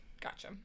gotcha